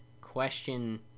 question